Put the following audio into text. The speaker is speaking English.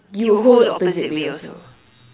you hold the opposite way also